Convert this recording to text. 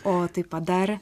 o tai padarė